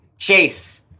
Chase